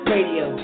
Radio